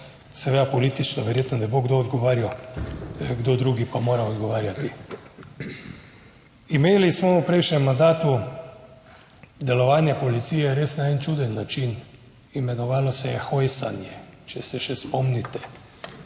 seveda, politično verjetno ne bo kdo odgovarjal, kdo drugi pa mora odgovarjati. Imeli smo v prejšnjem mandatu delovanje policije res na en čuden način, imenovalo se je Hojsanje, če se še spomnite.